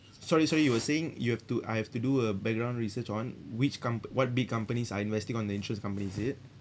sorry sorry you were saying you have to I have to do a background research on which com~ what big companies are investing on the insurance company is it